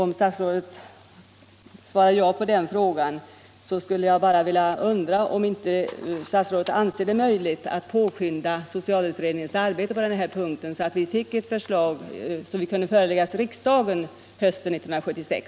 Om statsrådet svarar ja på den frågan, undrar jag om statsrådet anser det möjligt att påskynda socialutredningens arbete i den här frågan så att ett förslag kunde föreläggas riksdagen hösten 1976.